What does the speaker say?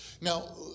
Now